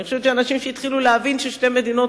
אני חושבת שאנשים שהתחילו להבין ששתי מדינות